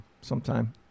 sometime